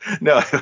No